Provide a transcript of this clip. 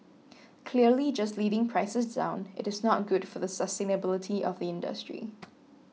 clearly just leading prices down it is not good for the sustainability of the industry